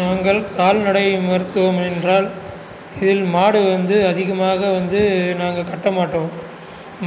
நாங்கள் கால்நடை மருத்துவம் என்றால் இதில் மாடு வந்து அதிகமாக வந்து நாங்கள் கட்ட மாட்டோம்